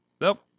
nope